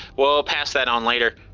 we'll pass that on later.